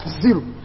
Zero